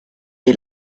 que